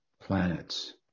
planets